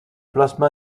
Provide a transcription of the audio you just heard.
plasma